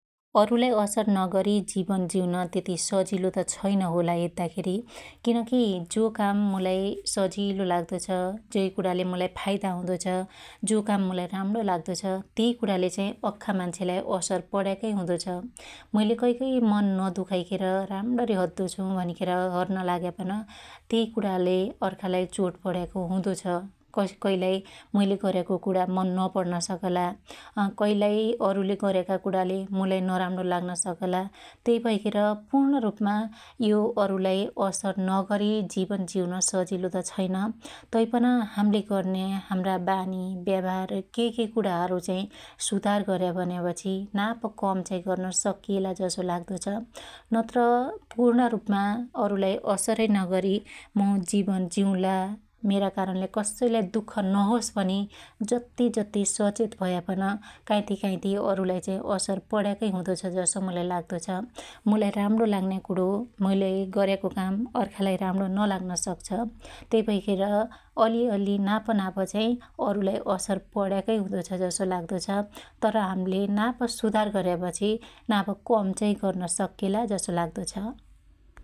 अरुलाई असर नगरी जीवन जीउन त्यती सजिलो त छैन होला हेद्दाखेरी । किनकि जो काम मुलाई सजिलो लाग्दो छ ,जै कुणाले मुलाई फाईदा हुदो छ, जो काम मुलाई राम्रो लाग्दो छ, त्यई कुणाले चाहि अख्खा मान्छेलाई असर पुण्याकै हुदो छ । मैले कैकै मन नदुखाईखेर राम्णणी हद्दो छु भनिखेर हर्न हाल्यापन त्यई कुणाले अर्खालाई चोट पण्याको हुदो छ । कसैकसैलाई मुईले गर्याको कुणा मन नपड्न सकला कैलाई अरुले गर्याका कुणाले मुलाई नराम्रो लाग्न सकला त्याई भैखेर पुर्ण रुपमा यो अरुलाई असर नगरी जीवन जीउन सजीलो त छैन तैपन हाम्ले गर्याका हाम्रा बानी व्यावहार केके कुणाहरु चाहि सुधार गर्या भन्यापछी नाप कम चाहि गर्न सिकिएला जसो लाग्दो छ । नत्र पुर्ण रुपमा अरुलाई असरै नगरी मु जीवन जीउला मेरो कारणले कसैलाई दुख नहोस भनी जत्ती जत्ती सचेत भयापन काइथी काइथी अरुलाई असर पणयाकै हुदो छ जसो मुलाई लाग्दो छ । मुलाई राम्णो लाग्न्या कुणो मैले गर्याको काम अर्खालाई राम्णो नलाग्न सक्छ । त्यई भैखेर अलिअलि नापनाप चाहि अरुलाई असर पणयाकै हुदो छ । तर हाम्ले नाप सुधार गर्यापछि नाप कम चाहि गर्न सक्यला जसो लाग्दो छ ।